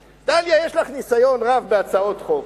דליה, יש לך ניסיון רב בהצעות חוק.